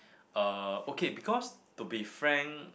uh okay because to be frank